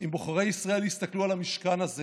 אם בוחרי ישראל יסתכלו על המשכן הזה